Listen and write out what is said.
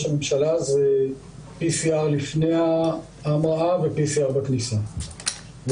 הממשלה זה PCR לפני ההמראה ו-PCR בכניסה.